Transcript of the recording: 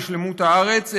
בשלמות הארץ,